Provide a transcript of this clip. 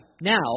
Now